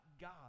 God